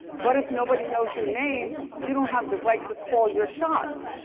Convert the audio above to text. but if nobody knows your name you don't have the right to call your shots.